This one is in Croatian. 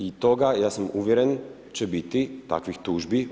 I toga, ja sam uvjeren će biti, takvih tužbi.